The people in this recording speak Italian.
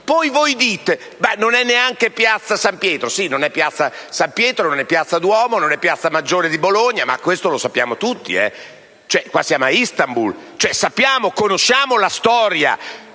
Poi voi dite che non è neanche piazza San Pietro; sì, non è piazza San Pietro, non è piazza Duomo e non è piazza Maggiore di Bologna, ma questo lo sappiamo tutti. Qui siamo a Istanbul: conosciamo la storia,